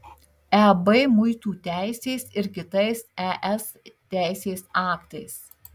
eb muitų teisės ir kitais es teisės aktais